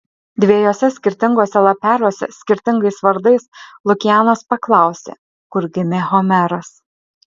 dviejuose skirtinguose lapeliuose skirtingais vardais lukianas paklausė kur gimė homeras